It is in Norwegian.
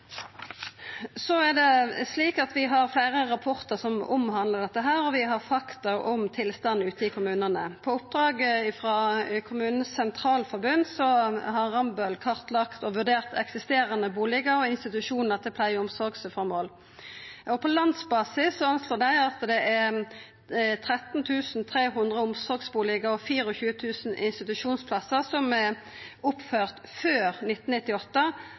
Så er det slik at vi har fleire rapportar som omhandlar dette, og vi har fakta om tilstanden ute i kommunane. På oppdrag frå KS har Rambøll kartlagt og vurdert eksisterande bustader og institusjonar til pleie- og omsorgsformål. På landsbasis anslår dei at det er 13 300 omsorgsbustader og 24 000 institusjonsplassar som er oppførte før 1998,